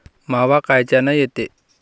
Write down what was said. मावा कायच्यानं येते?